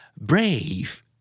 Brave